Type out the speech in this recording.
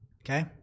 Okay